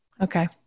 Okay